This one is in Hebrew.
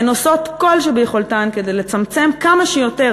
הן עושות כל שביכולתן כדי לצמצם כמה שיותר